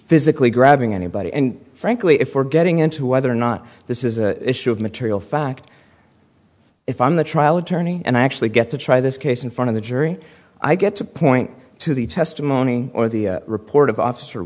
physically grabbing anybody and frankly if we're getting into whether or not this is an issue of material fact if i'm the trial attorney and i actually get to try this case in front of the jury i get to point to the testimony or the report of officer